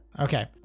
Okay